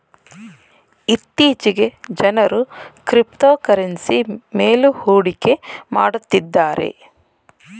ಇತ್ತೀಚೆಗೆ ಜನರು ಕ್ರಿಪ್ತೋಕರೆನ್ಸಿ ಮೇಲು ಹೂಡಿಕೆ ಮಾಡುತ್ತಿದ್ದಾರೆ